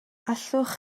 allwch